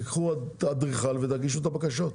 תיקחו אדריכל ותגישו את הבקשות.